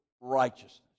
Righteousness